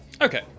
Okay